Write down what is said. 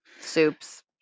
soups